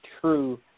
true